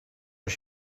als